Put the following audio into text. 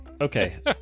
Okay